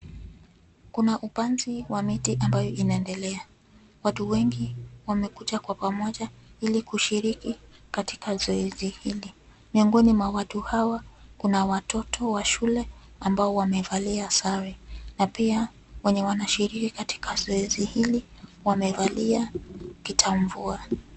Kuna upanzi wa miti ambayo inaendelea. Watu wengi, wamekuja kwa pamoja ili kushiriki katika zoezi hili. Miongoni mwa watu hawa, kuna watoto wa shule ambao wamevalia sare, na pia, wenye wanashiriki katika zoezi hili wamevalia kitamvua.